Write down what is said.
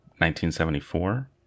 1974